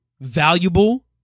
valuable